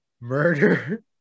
Murder